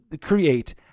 create